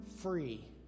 free